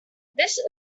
this